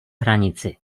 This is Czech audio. hranici